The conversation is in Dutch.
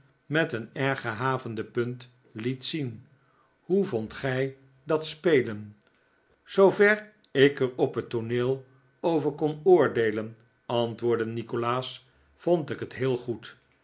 met een erg gehavende punt liet zien hoe vondt gij dat spelen zoover ik er op het tooneel over kon oordeelen antwoordde nikolaas vond ik het heel goed